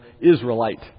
Israelite